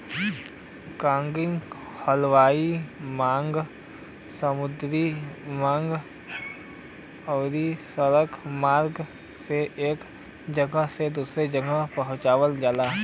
cargo हवाई मार्ग समुद्री मार्ग आउर सड़क मार्ग से एक जगह से दूसरे जगह पहुंचावल जाला